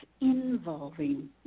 involving